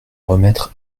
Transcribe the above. remettre